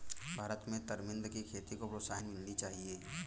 भारत में तरमिंद की खेती को प्रोत्साहन मिलनी चाहिए